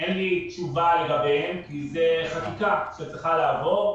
אין לי תשובה לגביהם כי זה חקיקה שצריכה לעבור.